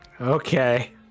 Okay